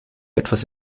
etwas